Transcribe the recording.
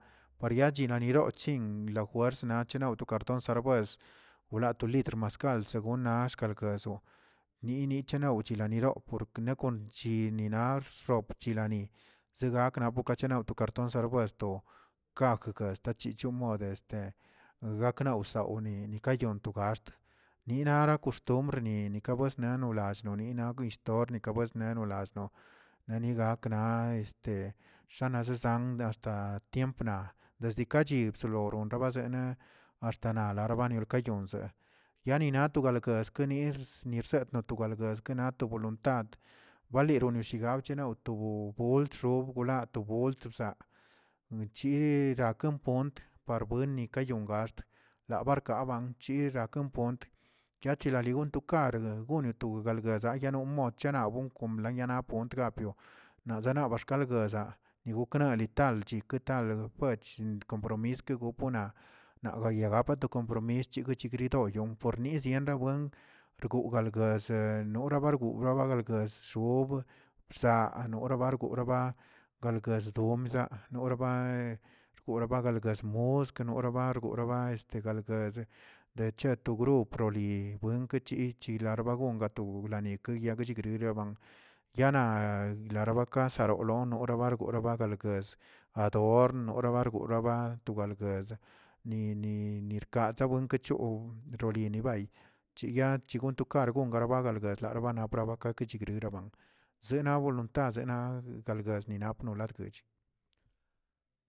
Yaba riachinaniro chin lajuersna chenaw to karton robues wla to litr maskal según nashkala gueso ni nichilaw chelaniw o porke nakon chil na xshop chilani zegakna na bocheenawke ton sarbues to kat guez tachi yomode´este gaknaw sauni ka yoon to gaxt ninara koxtombr ni ka buena nolallono ni nani stor nika esnero lall'no nani gakna te shananizan ta tiempna desde ka chipso oronrabazene axta nana larbarioꞌ eyonze yanina to galgue kenir nissetno guelguez kanato tat waniro nushe abchenaw to golchxob golat to golt bzaa chiri raken gont par bueni yoon gaxt labarkaban yiraken pont yachiralili gonto are gono to galguezd yano moch chano gon kon yana pkontga naꞌ zana ba xkalguet ni gok nana ltal guetal buwech kompro mis ke gok buen naꞌ gayague gakə to compromis guichi gdoyonryo por nize´rienrabuen rgoo galgwezeꞌ nora balgur norabalguez rob bzaa norabalgur noraba galguerdomina nor bahe rgolba galguedmor kenoraba noraba zitegalguezə de chete grup proli le buen kechich larga bagon kato wlaneke nekchegrekə yana larabakasa noraglon ora bargol bagale ador norabargul to balguezə ni ni nirkaza buenke yoo ronilin bay chiya to gon karg gon rabalguezra anapraba ka guech riraban zena voluntaze naꞌ galguez nina no latguech.